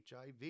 HIV